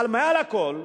אבל מעל הכול,